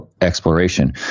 exploration